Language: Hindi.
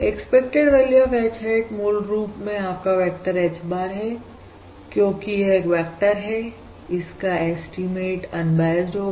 expected value of H hat मूल रूप में आपका वेक्टर H bar है क्योंकि यह एक वेक्टर है इसका एस्टीमेटअनबायसड होगा